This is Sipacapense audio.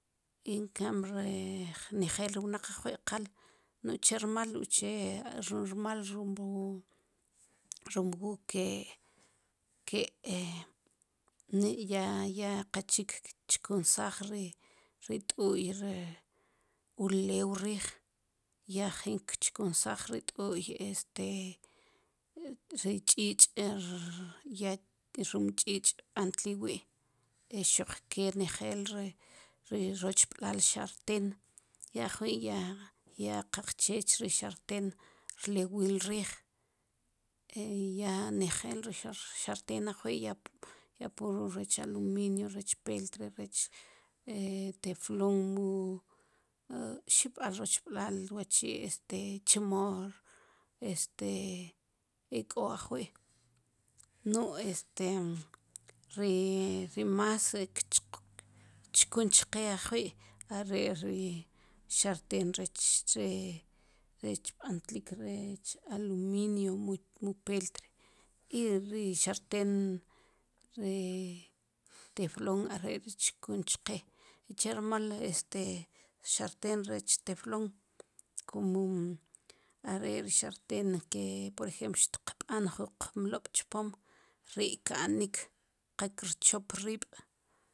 Enkam ri nejel ri wnaq ajwi' qal no chermal uche are' rmal rum wu ke ya qa chik kchkunsaaj ri t'u'y ri ulew riij ya jin kchkunsaaj ri t'u'y este ri ch'ich' rum ch'iich b'antil wi' xuq ke nejel ri ri rochb'laal xarteen ya ajwi' ya ya qaqche chri xarten rlewil riij e ya nejel ri xarten ajwi' ya pur rech aluminio rech peltre rech teflon mu xib'al rochb'laal wachi' este chemo este ik'o ajwi' nu este ri mas kchkun chqe ajwi' are' ri xarteen rech ri rech b'antlik ri aluminio mu peltre i ri xarten ri teflon are' kri chkun chqe chermal este xarten rech teflon kumo are' ri xarten ke por ejemplo xteqb'an jun qmlob' chpom ri' ka'nik qa kirchop riib'